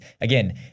again